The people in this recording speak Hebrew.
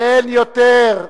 אין יותר.